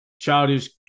Childish